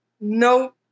No